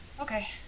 Okay